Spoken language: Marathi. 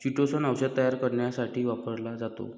चिटोसन औषध तयार करण्यासाठी वापरला जातो